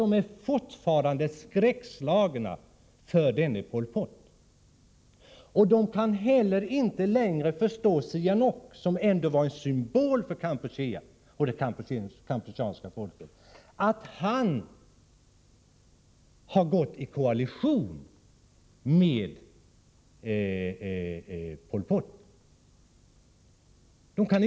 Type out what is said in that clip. De är fortfarande skräckslagna inför denne Pol Pot, och de kan inte heller förstå att Sihanouk, som ändå var en symbol för Kampuchea och det kampucheanska folket, har gått i koalition med Pol Pot.